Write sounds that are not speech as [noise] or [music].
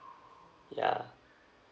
ya [breath]